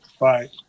Bye